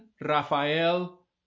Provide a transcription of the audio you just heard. Rafael